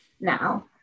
now